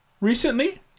recently